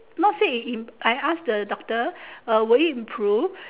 not say it in I I ask the doctor uh will it improved